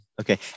Okay